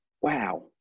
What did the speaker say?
wow